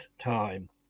time